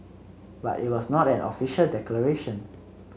but it was not an official declaration